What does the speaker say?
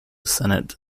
senate